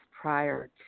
prior